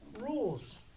rules